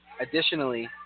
Additionally